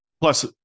Plus